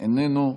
איננו,